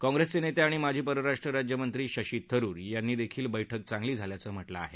काँप्रेसचे नेते आणि माजी परराष्ट्र राज्यमंत्री शशी थरूर यांनीही बक्रि चांगली झाल्याचं म्हटलं आहे